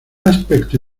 aspecto